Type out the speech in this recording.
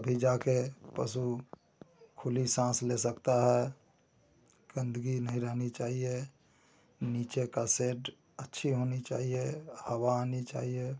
तभी जा के पशु खुली साँस ले सकता है गंदगी नहीं रहनी चाहिए नीचे का सेड अच्छी होनी चाहिए हवा आनी चाहिए